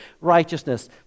righteousness